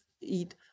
eat